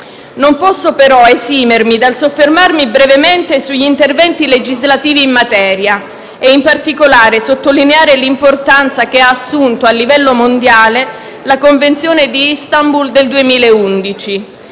Non posso però esimermi dal soffermarmi brevemente sugli interventi legislativi in materia e, in particolare, sottolineare l'importanza che ha assunto a livello mondiale la Convenzione di Istanbul del 2011,